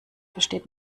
versteht